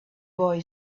boy